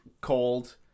called